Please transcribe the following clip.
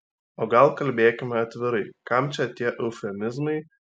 o gal kalbėkime atvirai kam čia tie eufemizmai